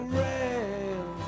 rail